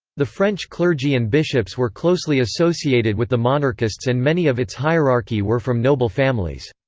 the french clergy and bishops were closely associated with the monarchists and many of its hierarchy were from noble families.